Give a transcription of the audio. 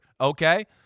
Okay